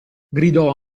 gridò